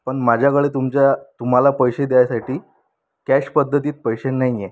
पण माझ्याकडे तुमच्या तुम्हाला पैसे द्यायसाठी कॅश पद्धतीत पैसे नाही आहे